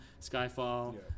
Skyfall